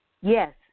Yes